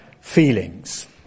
feelings